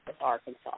Arkansas